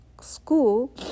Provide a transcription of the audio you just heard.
school